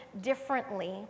differently